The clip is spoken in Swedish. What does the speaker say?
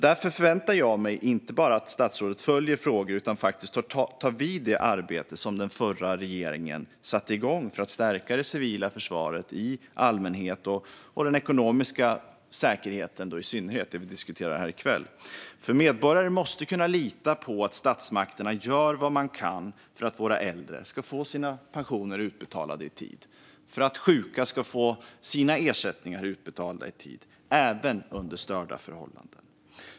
Jag förväntar mig därför att statsrådet inte bara följer frågan utan också tar vid i det arbete som den förra regeringen satte igång för att stärka det civila försvaret i allmänhet och den ekonomiska säkerheten i synnerhet - det som vi diskuterar här i kväll. Medborgare måste kunna lita på att statsmakterna gör vad de kan för att våra äldre ska få sina pensioner utbetalade i tid och att sjuka ska få sina ersättningar utbetalade i tid, även under störda förhållanden.